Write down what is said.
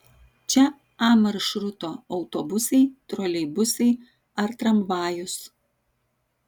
čia a maršruto autobusai troleibusai ar tramvajus